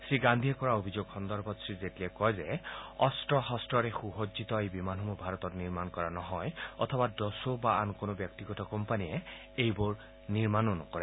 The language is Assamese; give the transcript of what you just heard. শ্ৰীগান্ধীয়ে কৰা অভিযোগ সন্দৰ্ভত শ্ৰীজেটলীয়ে কয় যে অস্ত শস্ত্ৰৰে সু সজ্জিত এই বিমানসমূহ ভাৰতত নিৰ্মাণ কৰা নহয় অথবা দছো বা আনকোনো ব্যক্তিগত কোম্পানীয়ে এইবোৰ নিৰ্মাণ নকৰে